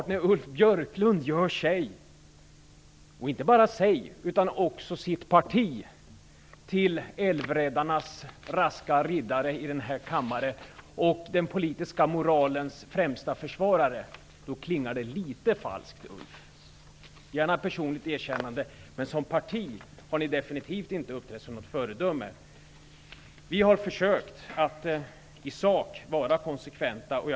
Men när Ulf Björklund gör inte bara sig själv utan hela sitt parti till älvräddarnas raska riddare och den politiska moralens främsta försvarare i den här kammaren klingar det litet falskt. Jag ger honom gärna ett personligt erkännande, men som parti har kds definitivt inte uppträtt som något föredöme. Vi har försökt att vara konsekventa i sak.